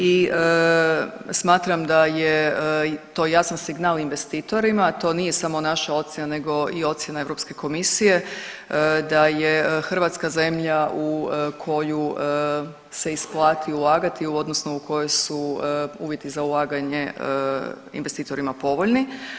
I smatram da je to jasan signal investitorima, to nije samo naša ocjena nego i ocjena Europske komisije, da je Hrvatska zemlja u koju se isplati ulagati odnosno u kojoj su uvjeti za ulaganje investitorima povoljni.